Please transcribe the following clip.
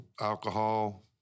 alcohol